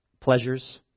pleasures